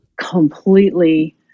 completely